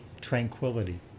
tranquility